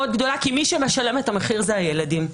גדולה כי מי שמשלם את המחיר זה הילדים.